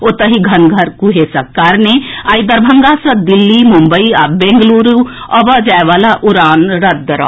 ओतहि घनगर कुहेसक कारणे आइ दरभंगा सँ दिल्ली मुम्बई आ बेंगलुरू अबय जाय वला उड़ान रद्द रहल